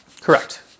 Correct